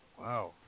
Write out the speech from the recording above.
Wow